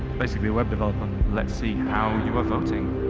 basically a web developer. let's see how you are voting.